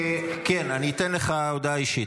כן, אני אתן לך הודעה אישית.